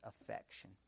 affection